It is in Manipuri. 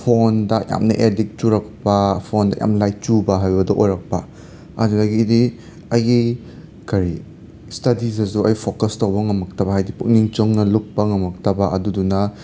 ꯐꯣꯟꯗ ꯌꯥꯝꯅ ꯑꯦꯗꯤꯛ ꯆꯨꯔꯛꯄ ꯐꯣꯟꯗ ꯌꯥꯝꯅ ꯂꯥꯏꯆꯨꯕ ꯍꯥꯏꯕꯗꯣ ꯑꯣꯏꯔꯛꯄ ꯑꯗꯨꯗꯒꯤꯗꯤ ꯑꯩꯒꯤ ꯀꯔꯤ ꯁ꯭ꯇꯗꯤꯗꯁꯨ ꯑꯩ ꯐꯣꯀꯁ ꯇꯧꯕ ꯉꯝꯃꯛꯇꯕ ꯍꯥꯏꯗꯤ ꯄꯨꯛꯅꯤꯡ ꯆꯪꯅ ꯂꯨꯞꯄ ꯉꯝꯃꯛꯇꯕ ꯑꯗꯨꯗꯨꯅ